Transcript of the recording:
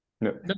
No